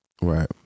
Right